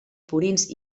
purins